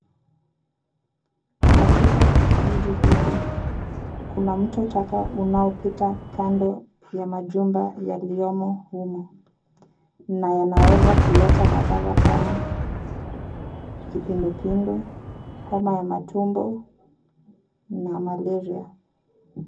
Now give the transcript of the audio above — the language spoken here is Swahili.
Katika kijiji hiki, kuna mto taka unaopita kando ya majumba yaliyomo humu na yanaweza kuleta madhara kama kipindupindu, homa ya matumbo na malaria.